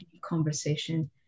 conversation